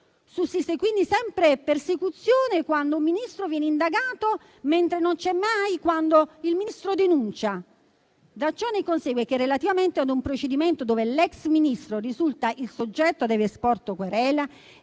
Sussiste quindi sempre persecuzione quando un Ministro viene indagato, mentre non c'è mai quando il Ministro denuncia? Da ciò consegue che, relativamente a un procedimento in cui l'ex Ministro risulta il soggetto che ha sporto querela,